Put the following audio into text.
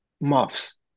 muffs